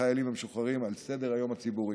החיילים המשוחררים על סדר-היום הציבורי.